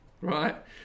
Right